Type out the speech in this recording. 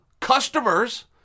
customers